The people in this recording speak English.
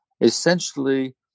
essentially